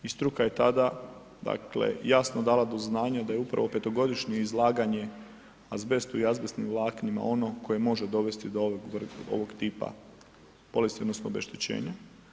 I struka je tada dakle jasno dala do znanja da je upravo 5-to godišnje izlaganje azbestu i azbestnim vlaknima ono koje može dovesti do ovog tipa bolesti odnosno obeštećenja.